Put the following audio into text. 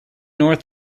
north